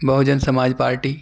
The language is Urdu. بہوجن سماج پارٹی